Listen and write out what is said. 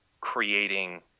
creating